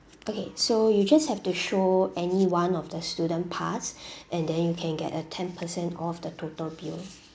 okay so you just have to show any one of the student pass and then you can get a ten percent off of the total bill